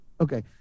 Okay